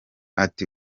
ati